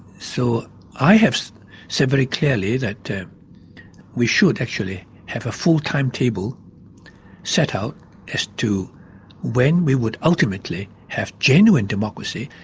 so i have said very clearly that we should actually have a full timetable set out as to when we would ultimately have genuine democracy.